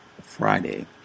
Friday